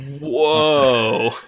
Whoa